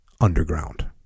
underground